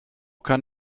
kann